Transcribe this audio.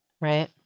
right